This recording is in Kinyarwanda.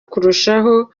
kurushaho